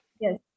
Yes